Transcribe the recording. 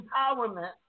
empowerment